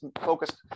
focused